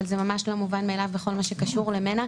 אבל זה ממש לא מובן מאליו בכל מה שקשור למנע,